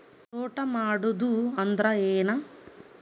ತೋಟ ಮಾಡುದು ಅಂದ್ರ ಏನ್?